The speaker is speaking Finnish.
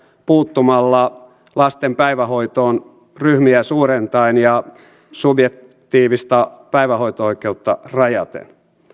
puuttumalla lasten päivähoitoon ryhmiä suurentaen ja subjektiivista päivähoito oikeutta rajaten